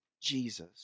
Jesus